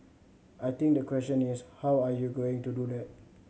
I think the question is how are you going to do that